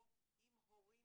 הורים